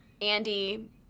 Andy